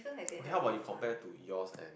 okay how about you compare to yours and